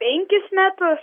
penkis metrus